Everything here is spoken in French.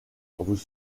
vous